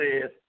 says